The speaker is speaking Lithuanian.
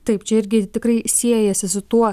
taip čia irgi tikrai jei esi su tuo